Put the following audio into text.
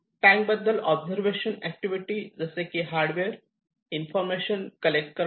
tank बद्दल observation activity जसे की हार्डवेअर इन्फॉर्मेशन कलेक्ट करणे